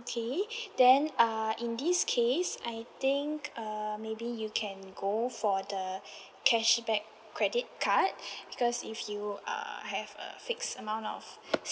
okay then err in this case I think err maybe you can go for the cashback credit card because if you uh have a fixed amount of